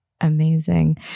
amazing